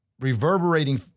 reverberating